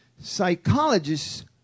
Psychologists